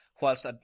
whilst